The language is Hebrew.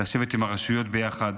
לשבת עם הרשויות ביחד,